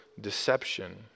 deception